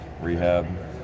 rehab